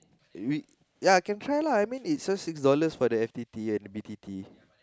ya can try lah I mean it just six dollars for the F_T_T and B_T_T